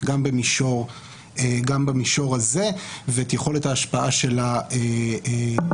גם במישור הזה ואת יכולת ההשפעה בחברה,